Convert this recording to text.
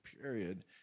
period